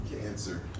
Cancer